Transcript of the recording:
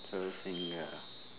four finger ah